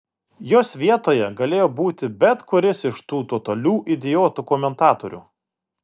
jos vietoje galėjo būti bet kuris iš tų totalių idiotų komentatorių